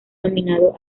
nominado